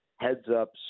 heads-up